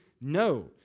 no